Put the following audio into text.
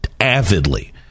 avidly